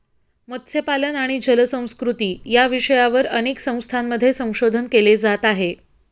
मत्स्यपालन आणि जलसंस्कृती या विषयावर अनेक संस्थांमध्ये संशोधन केले जात आहे